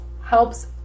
helps